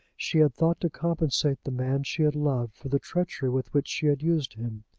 she had thought to compensate the man she had loved for the treachery with which she had used him.